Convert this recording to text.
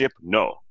No